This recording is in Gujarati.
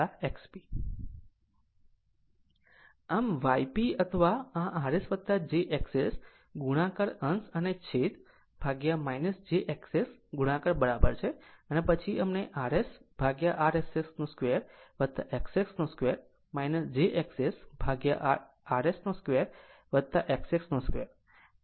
આ Y P અથવા આ rs jXS ગુણાકાર અંશ અને છેદ jXS ગુણાકાર બરાબર છે અને પછી અમને rsrs 2 XS 2 jXSrs2 XS 2 તે 1Rp j 1XP મળશે